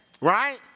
Right